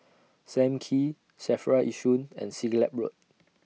SAM Kee SAFRA Yishun and Siglap Road